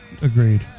Agreed